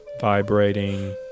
Vibrating